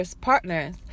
partners